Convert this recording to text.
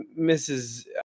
Mrs